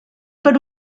per